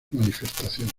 manifestaciones